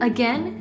Again